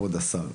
כבוד השר,